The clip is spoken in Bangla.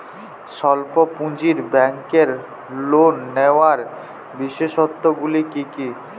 স্বল্প পুঁজির ব্যাংকের লোন নেওয়ার বিশেষত্বগুলি কী কী?